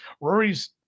Rory's